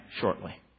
shortly